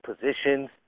positions